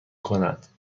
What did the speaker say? کند